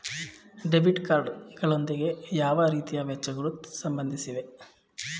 Debit card ಗಳೊಂದಿಗೆ ಯಾವ ರೀತಿಯ ವೆಚ್ಚಗಳು ಸಂಬಂಧಿಸಿವೆ?